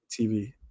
TV